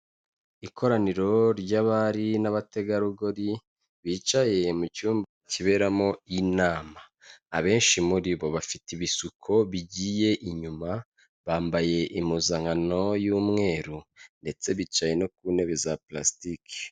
Ikoraniro ry'abari n'abategarugori bicaye mu cyumba kiberamo inama, abenshi muri bo bafite ibishuko bigiye inyuma, bambaye impuzankano y'umweru ndetse bicaye no ku ntebe za parasitiki.